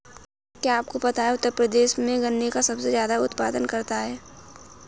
क्या आपको पता है उत्तर प्रदेश भारत में गन्ने का सबसे ज़्यादा उत्पादन करता है?